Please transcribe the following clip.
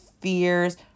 fears